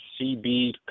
CB